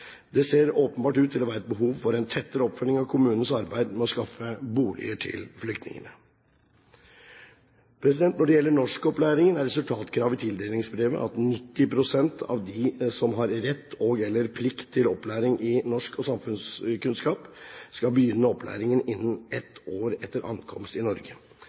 Det ser åpenbart ut til å være et behov for en tettere oppfølging av kommunenes arbeid med å skaffe boliger til flyktningene. Når det gjelder norskopplæringen, er resultatkravet i tildelingsbrevet at 90 pst. av dem som har rett og/eller plikt til opplæring i norsk og samfunnskunnskap, skal begynne opplæringen innen ett år etter ankomst til Norge.